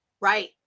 Right